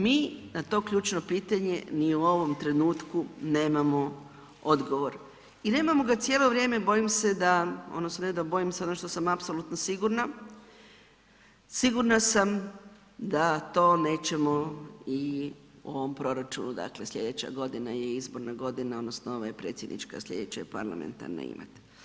Mi na to ključno pitanje ni u ovom trenutku nemamo odgovor i nemamo ga cijelo vrijeme, bojim se da, ono … [[Govornik se ne razumije]] bojim se ono što sam apsolutno sigurna, sigurna sam da to nećemo i u ovom proračunu, dakle slijedeća godina je izborna godina odnosno ovo je predsjednička, slijedeća je parlamentarna, imat.